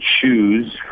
choose